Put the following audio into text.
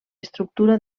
estructura